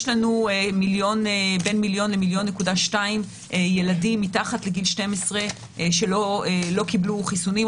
יש לנו בין מיליון ל-1.2 מיליון ילדים מתחת לגיל 12 שלא קיבלו חיסונים,